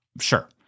sure